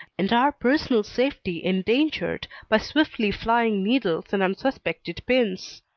and our personal safety endangered by swiftly flying needles and unsuspected pins.